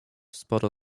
sporo